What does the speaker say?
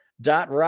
dot